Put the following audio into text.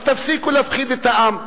אז תפסיקו להפחיד את העם.